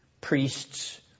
priests